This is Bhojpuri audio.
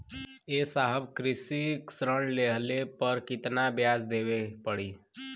ए साहब कृषि ऋण लेहले पर कितना ब्याज देवे पणी?